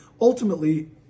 ultimately